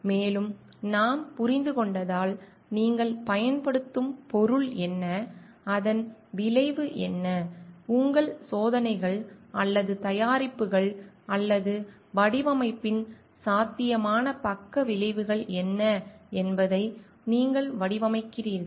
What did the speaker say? மேலும் நாம் புரிந்து கொண்டதால் நீங்கள் பயன்படுத்தும் பொருள் என்ன அதன் விளைவு என்ன உங்கள் சோதனைகள் அல்லது தயாரிப்புகள் அல்லது வடிவமைப்பின் சாத்தியமான பக்க விளைவுகள் என்ன என்பதை நீங்கள் வடிவமைக்கிறீர்கள்